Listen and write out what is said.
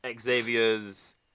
Xavier's